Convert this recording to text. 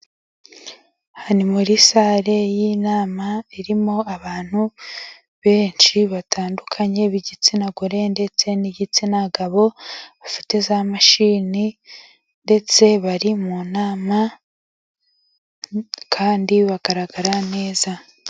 Aha ni muri salle y'inama, irimo abantu benshi batandukanye b'igitsina gore ndetse n'igitsina gabo, bafite za mashini ndetse bari mu nama kandi bagaragara neza.